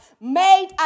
made